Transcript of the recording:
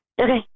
Okay